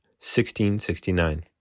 1669